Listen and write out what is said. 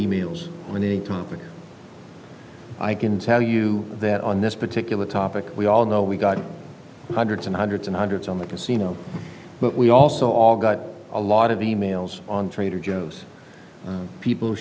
e mails on the topic i can tell you that on this particular topic we all know we got hundreds and hundreds and hundreds on the casino but we also all got a lot of e mails on trader joe's people